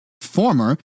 former